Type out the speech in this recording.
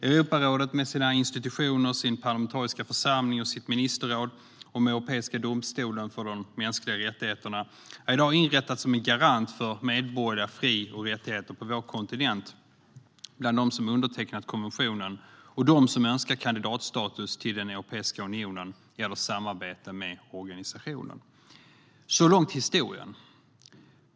Europarådet är i dag, med sina institutioner, sin parlamentariska församling och sitt ministerråd och med Europeiska domstolen för de mänskliga rättigheterna, inrättat som en garant för medborgerliga fri och rättigheter på vår kontinent. Det gäller de länder som undertecknat konventionen och de som önskar kandidatstatus till Europeiska unionen eller samarbete med organisationen. Det var historien så långt.